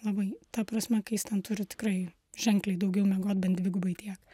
labai ta prasme kai jis ten turi tikrai ženkliai daugiau miegot bent dvigubai tiek